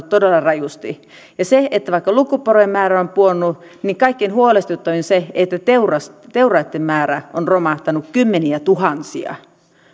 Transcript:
todella rajusti ja vaikka lukuporojen määrä on pudonnut niin kaikkein huolestuttavinta on se että teuraitten teuraitten määrä on romahtanut kymmeniätuhansia